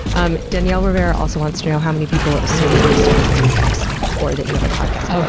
um danielle rivera also wants to know how many people assume that you study insects or that you have a podcast so